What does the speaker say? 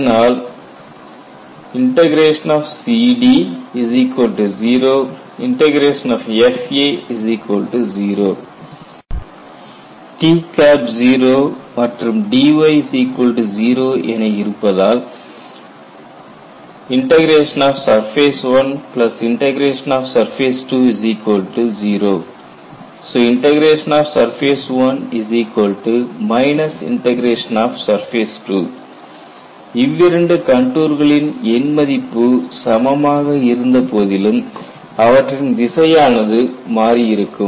இதனால் இவ்விரண்டு கண்டூர்களின் எண் மதிப்பு சமமாக இருந்தபோதிலும் அவற்றின் திசையானது மாறி இருக்கும்